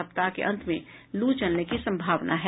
सप्ताह के अंत में लू चलने की संभावना है